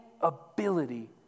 ability